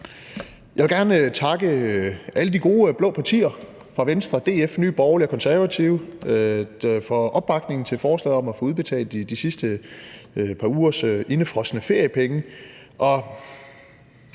Jeg vil gerne takke alle de gode blå partier fra Venstre, DF, Nye Borgerlige til Konservative for opbakningen til forslaget om at få udbetalt de sidste par ugers indefrosne feriepenge.